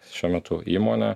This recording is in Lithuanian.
šiuo metu įmonę